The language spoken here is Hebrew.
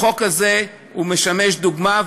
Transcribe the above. החוק הזה משמש דוגמה,